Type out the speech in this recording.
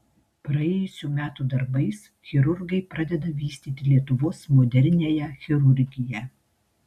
praėjusių metų darbais chirurgai pradeda vystyti lietuvos moderniąją chirurgiją